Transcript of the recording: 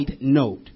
note